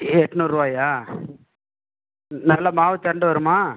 எட்நூறுவாயா நல்ல மாவு திரண்டு வருமா